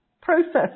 process